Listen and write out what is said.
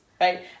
Right